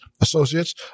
associates